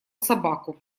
собаку